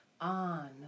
on